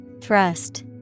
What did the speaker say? Thrust